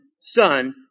son